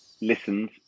listens